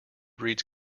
breeds